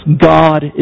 God